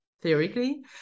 theoretically